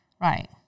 Right